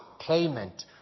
payment